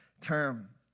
term